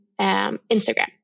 Instagram